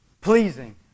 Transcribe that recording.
Pleasing